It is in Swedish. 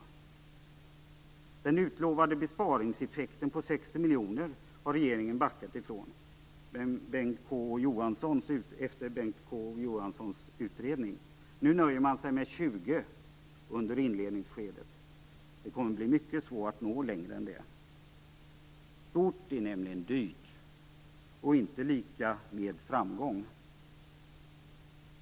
Regeringen har backat ifrån den utlovade besparingseffekten på 60 miljoner efter Bengt K Å Johanssons utredning. Nu nöjer man sig med 20 miljoner under inledningsskedet. Det kommer att bli mycket svårt att nå längre än det. Stort är nämligen dyrt, och inte lika med framgång.